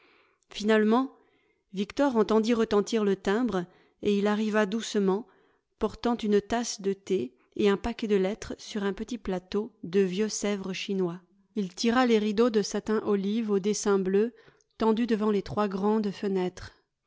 finalement victor entendit retentir le timbre et il arriva doucement portant une tasse de thé et un paquet de lettres sur un petit plateau de vieux sèvres chinois il tira les rideaux de satin olive aux dessins bleus tendus devant les trois grandes fenêtres